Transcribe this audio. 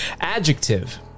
Adjective